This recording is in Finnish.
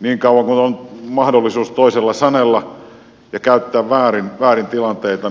niin kauan kuin on mahdollisuus toiselle sanella ja käyttää väärin tilanteita